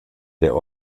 der